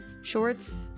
Shorts